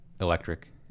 electric